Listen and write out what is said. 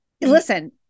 Listen